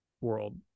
world